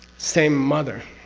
same mother,